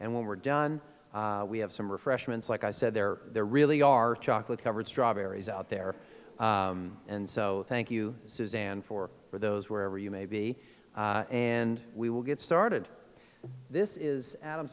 and when we're done we have some refreshments like i said there really are chocolate covered strawberries out there and so thank you suzanne for those wherever you may be and we will get started this is adam